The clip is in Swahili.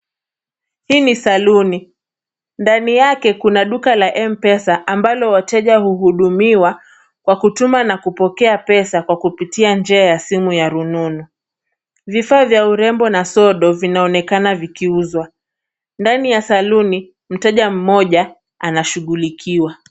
Hii ni saluni, ndani yake kuna duka la Mpesa ambalo wateja huhudumiwa kwa kutuma na kupokea pesa kwa kupitia njia ya simu ya rununu. Vifaa vya urembo na sodo vinaonekana vikiuzwa. Ndani ya saluni mteja mmoja anashughulikiwa.